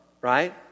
right